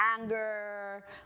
anger